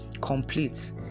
Complete